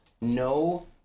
No